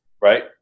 right